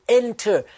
enter